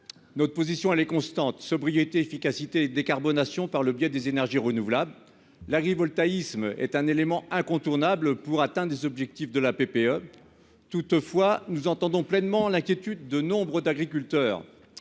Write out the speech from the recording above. groupe GEST est constante : sobriété, efficacité et décarbonation par le biais des énergies renouvelables. L'agrivoltaïsme est un élément incontournable pour atteindre les objectifs de la PPE. Toutefois, nous entendons pleinement les inquiétudes de nombre d'agriculteurs,